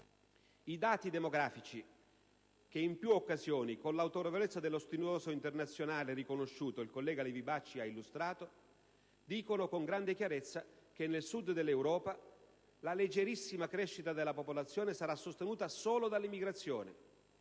I dati demografici che in più occasioni, con l'autorevolezza dello studioso internazionalmente riconosciuto, il collega Livi Bacci ha illustrato, dicono con grande chiarezza che nel Sud dell'Europa la leggerissima crescita della popolazione sarà sostenuta solo dall'immigrazione,